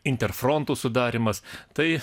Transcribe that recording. interfrontų sudarymas tai